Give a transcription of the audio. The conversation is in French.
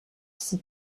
s’y